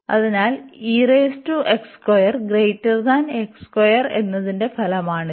അതിനാൽ എന്നതിന്റെ ഫലമാണിത്